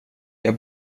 jag